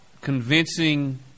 convincing